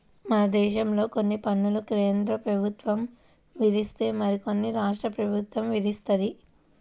మనదేశంలో కొన్ని పన్నులు కేంద్రప్రభుత్వం విధిస్తే మరికొన్ని రాష్ట్ర ప్రభుత్వం విధిత్తది